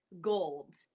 gold